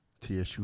TSU